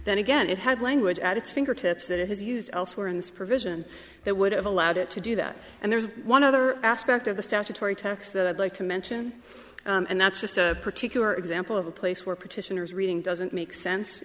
then again it had language at its fingertips that it has used elsewhere in this provision that would have allowed it to do that and there's one other aspect of the statutory text that i'd like to mention and that's just a particular example of a place where petitioners reading doesn't make sense